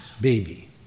baby